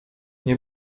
nie